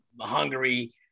Hungary